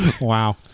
Wow